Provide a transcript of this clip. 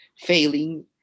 failing